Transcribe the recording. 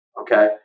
okay